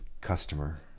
customer